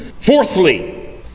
fourthly